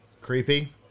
creepy